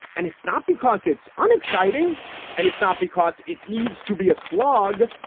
and it's not because it's unexciting and it's not because it needs to be a slog.